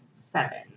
Seven